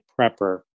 Prepper